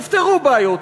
תפתרו בעיות,